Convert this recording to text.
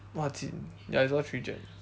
!wah! ya it's all three gen